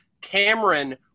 Cameron